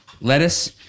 lettuce